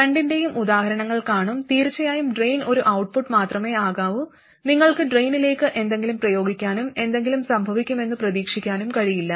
രണ്ടിന്റെയും ഉദാഹരണങ്ങൾ കാണും തീർച്ചയായും ഡ്രെയിൻ ഒരു ഔട്ട്പുട്ട് മാത്രമേ ആകാവൂ നിങ്ങൾക്ക് ഡ്രെയിനിലേക്ക് എന്തെങ്കിലും പ്രയോഗിക്കാനും എന്തെങ്കിലും സംഭവിക്കുമെന്ന് പ്രതീക്ഷിക്കാനും കഴിയില്ല